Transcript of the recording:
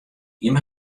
jim